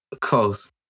close